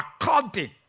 according